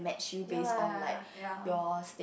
ya lah ya